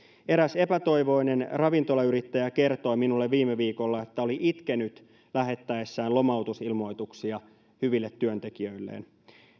eräs epätoivoinen ravintolayrittäjä kertoi minulle viime viikolla että oli itkenyt lähettäessään lomautusilmoituksia hyville työntekijöilleen